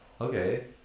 okay